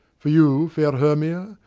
for you, fair hermia,